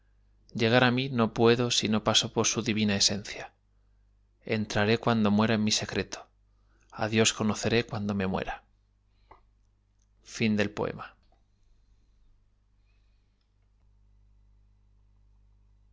llegar á mí no puedo si no paso por su divina esencia entraré cuando muera en mi secreto á dios conoceré cuando me muera